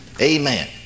Amen